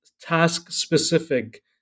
task-specific